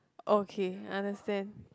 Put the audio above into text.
okay understand